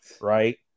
right